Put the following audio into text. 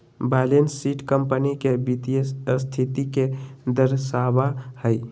balance sheet company के वित्तीय स्थिति के दर्शावा हई